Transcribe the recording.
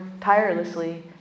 tirelessly